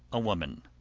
a woman.